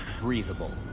breathable